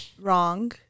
wrong